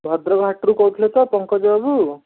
ଭଦ୍ରକ ହାଟରୁ କହୁଥିଲେ ତ ପଙ୍କଜ ବାବୁ